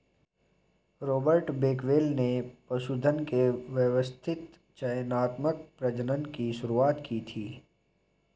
Robert Bakewell ने पशुधन के व्यवस्थित चयनात्मक प्रजनन की शुरुआत की थी